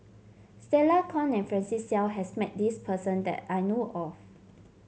Stella Kon and Francis Seow has met this person that I know of